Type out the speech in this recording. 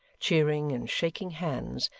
cheering and shaking hands,